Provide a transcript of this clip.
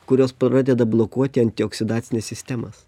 kurios pradeda blokuoti antioksidacines sistemas